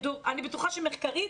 אני בטוחה שמחקרית,